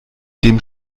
dem